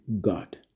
God